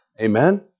Amen